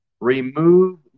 Remove